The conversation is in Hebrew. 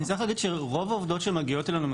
אני צריך להגיד שרוב העובדות שמגיעות אלינו עם